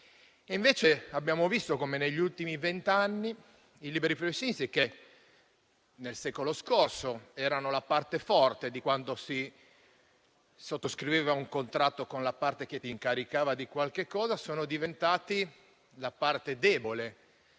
fossero. Abbiamo visto invece come negli ultimi vent'anni i liberi professionisti, che nel secolo scorso erano la parte forte, quando sottoscrivevano un contratto con l'altra parte che li incaricava di qualcosa, sono diventati la parte debole,